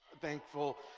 thankful